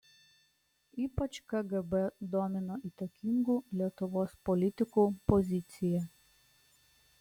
ypač kgb domino įtakingų lietuvos politikų pozicija